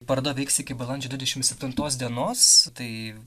paroda veiks iki balandžio dvidešim septintos dienos tai